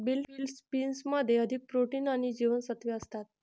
field बीन्समध्ये अधिक protein आणि जीवनसत्त्वे असतात